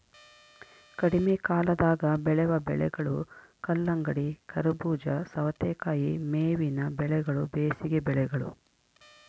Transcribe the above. ಕಡಿಮೆಕಾಲದಾಗ ಬೆಳೆವ ಬೆಳೆಗಳು ಕಲ್ಲಂಗಡಿ, ಕರಬೂಜ, ಸವತೇಕಾಯಿ ಮೇವಿನ ಬೆಳೆಗಳು ಬೇಸಿಗೆ ಬೆಳೆಗಳು